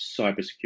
cybersecurity